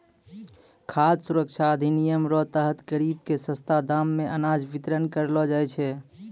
खाद सुरक्षा अधिनियम रो तहत गरीब के सस्ता दाम मे अनाज बितरण करलो जाय छै